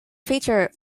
feature